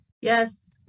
Yes